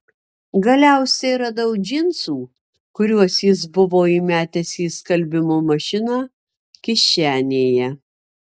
galiausiai radau džinsų kuriuos jis buvo įmetęs į skalbimo mašiną kišenėje